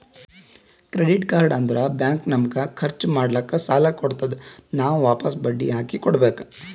credit card ಅಂದುರ್ bank ನಮಗ ಖರ್ಚ್ ಮಾಡ್ಲಾಕ್ ಸಾಲ ಕೊಡ್ತಾದ್, ನಾವ್ ವಾಪಸ್ ಬಡ್ಡಿ ಹಾಕಿ ಕೊಡ್ಬೇಕ